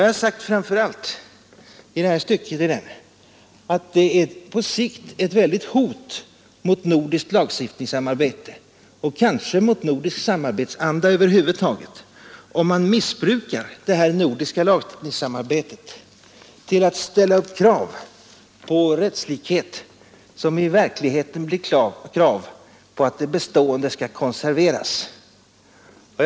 Jag har framför allt sagt att det på sikt är ett mycket stort hot mot nordiskt lagstiftningssamarbete, och kanske mot nordisk samarbetsanda över huvud taget, om man missbrukar det nordiska lagstiftningssamarbetet till att ställa upp krav på rättslikhet som i verkligheten blir krav på att det bestående skall konserveras.